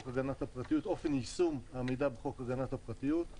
אופן יישום המידע בחוק הגנת הפרטיות,